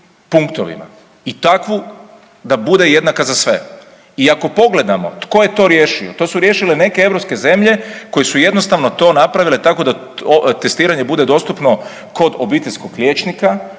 i takvu da bude jednaka za sve. I ako pogledamo tko je to riješio, to su riješile neke europske zemlje koje su jednostavno to napravile tako da testiranje bude dostupno kod obiteljskog liječnika